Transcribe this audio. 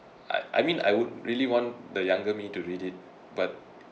I I mean I would really want the younger me to read it but